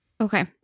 Okay